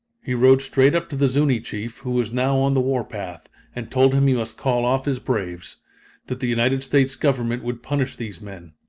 he rode straight up to the zuni chief, who was now on the warpath, and told him he must call off his braves that the united states government would punish these men.